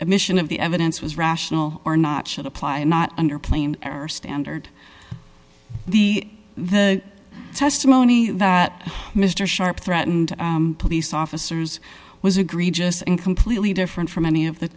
admission of the evidence was rational or not should apply and not under playing or standard the the testimony that mr sharp threatened police officers was agree just and completely different from any of the